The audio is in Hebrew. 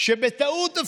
שאפילו בטעות,